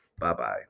Bye-bye